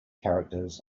characters